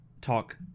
talk